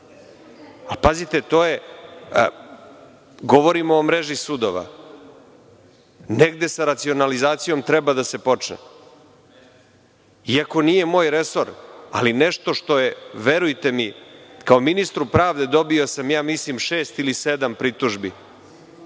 da je to uredu. Govorim o mreži sudova, negde sa racionalizacijom treba da se počne. Iako nije moj resor, ali nešto što je, verujte mi kao ministar pravde dobio sam šest ili sedam pritužbi,